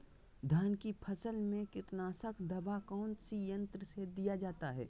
धान की फसल में कीटनाशक दवा कौन सी यंत्र से दिया जाता है?